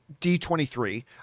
D23